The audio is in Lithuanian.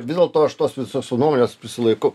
vis dėlto aš tos visos nuomonės prisilaikau